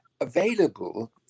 available